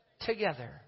together